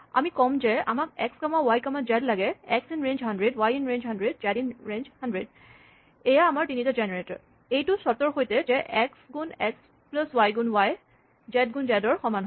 আমি ক'ম যে আমাক X comma Y comma Z লাগে X in range ১০০ Y in range ১০০ Z in range ১০০ এয়া আমাৰ তিনিটা জেনেৰেটৰ এইটো চৰ্তৰ সৈতে যে এক্স গুণ এক্স প্লাছ ৱাই গুণ ৱাই জেড গুণ জেড ৰ সমান হয়